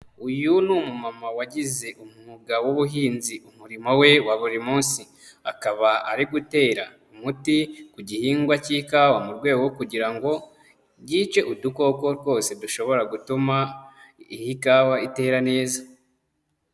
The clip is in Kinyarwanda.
Uyu ni umumama wagize umwuga w'ubuhinzi umurimo we wa buri munsi, akaba ari gutera umuti ku gihingwa cy'ikawa mu rwego kugira ngo yice udukoko twose dushobora gutuma iyi kawa itera neza.